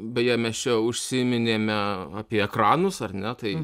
beje mes čia užsiminėme apie ekranus ar ne tai